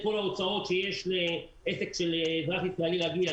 כל ההוצאות שיש לעסק של אזרח ישראלי רגיל.